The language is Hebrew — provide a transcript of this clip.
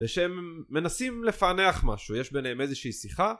ושהם מנסים לפענח משהו, יש ביניהם איזושהי שיחה